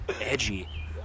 Edgy